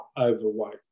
overweight